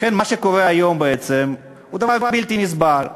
לכן, מה שקורה היום בעצם הוא דבר בלתי נסבל.